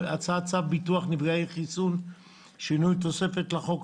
ביטוח נפגעי חיסון (שינוי התוספת לחוק),